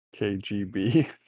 KGB